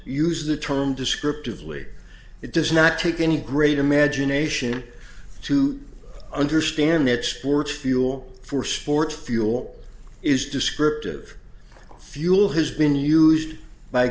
use the term descriptively it does not take any great imagination to understand that sports fuel for sports fuel is descriptive fuel has been used by